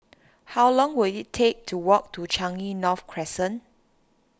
how long will it take to walk to Changi North Crescent